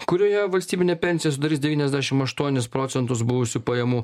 kurioje valstybinė pensija sudarys devyniasdešimt aštuonis procentus buvusių pajamų